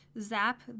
zap